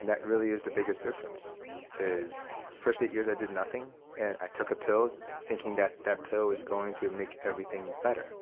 and that really is the biggest difference is first eight years i did nothing and i took a pill thinking that that pill is going to make everything better.